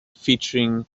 featuring